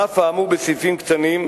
על אף האמור בסעיפים קטנים,